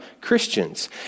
Christians